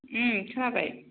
ओ खोनाबाय